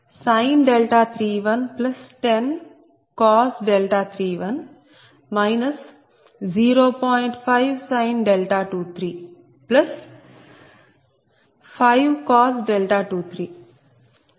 5 23 5 23 మరియు dP3d20